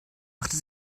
machte